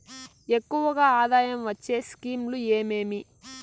ఎక్కువగా ఆదాయం వచ్చే స్కీమ్ లు ఏమేమీ?